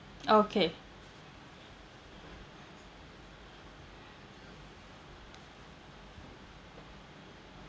okay